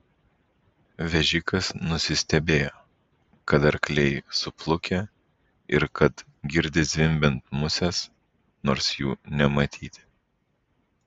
vežikas nusistebėjo kad arkliai suplukę ir kad girdi zvimbiant muses nors jų nematyti